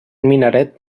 minaret